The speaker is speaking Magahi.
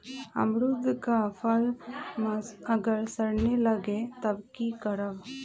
अमरुद क फल म अगर सरने लगे तब की करब?